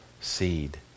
seed